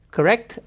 Correct